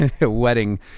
wedding